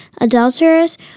adulterers